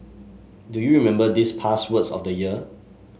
do you remember these past words of the year